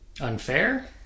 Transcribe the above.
Unfair